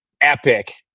epic